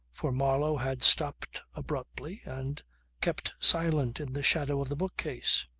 for marlow had stopped abruptly and kept silent in the shadow of the bookcase.